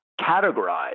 categorize